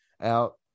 out